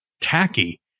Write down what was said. tacky